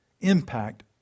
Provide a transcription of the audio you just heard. impact